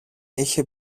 είχε